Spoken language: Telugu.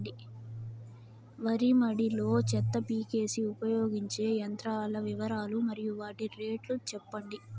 వరి మడి లో చెత్త పీకేకి ఉపయోగించే యంత్రాల వివరాలు మరియు వాటి రేట్లు చెప్పండి?